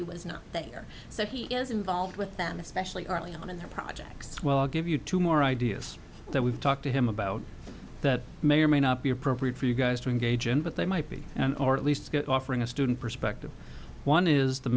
malady was not there so he is involved with them especially early on in their projects well i'll give you two more ideas that we've talked to him about that may or may not be appropriate for you guys to engage in but they might be and or at least offering a student perspective one is the